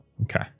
Okay